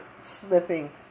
slipping